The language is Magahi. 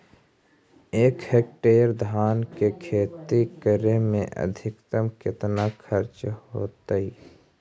एक हेक्टेयर धान के खेती करे में अधिकतम केतना खर्चा होतइ?